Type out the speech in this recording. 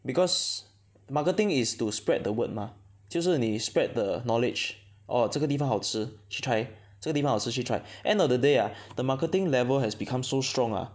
because marketing is to spread the word mah 就是你 spread the knowledge orh 这个地方好吃去 try 这个地方好吃去 try end of the day ah the marketing level has become so strong ah